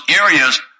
areas